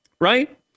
Right